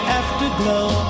afterglow